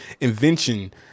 invention